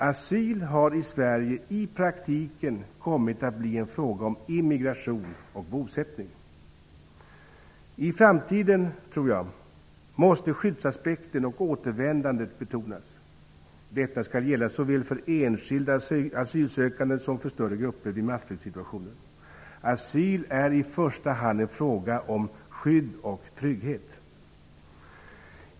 Asyl har i Sverige i praktiken kommit att bli en fråga om immigration och bosättning. I framtiden måste enligt min mening skyddsaspekten och återvändandet betonas. Detta skall gälla såväl för enskilda asylsökande som för större grupper vid massflyktssituationer. Asyl är i första hand en fråga om skydd och trygghet.